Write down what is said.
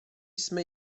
jsme